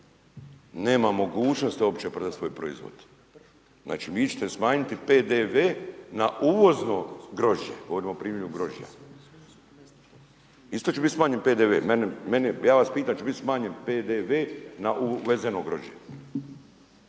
nema mogućnosti uopće prodat svoj proizvod. Znači, vi ćete smanjiti PDV na uvozno grožđe, govorim o primjeru grožđa. Isto će biti smanjen PDV. Ja vas pitam hoće li biti smanjen PDV na uvezeno grožđe?